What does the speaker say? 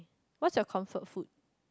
what's your comfort food